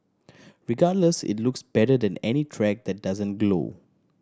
regardless it looks better than any track that doesn't glow